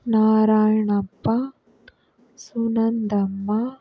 Narayanappa Sunandamma